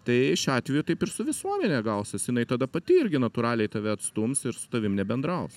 tai šiuo atveju taip ir su visuomene gausis jinai tada pati irgi natūraliai tave atstums ir su tavim nebendraus